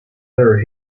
other